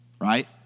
right